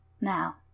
Now